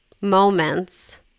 moments